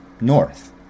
north